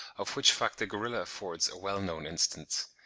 of which fact the gorilla affords a well-known instance.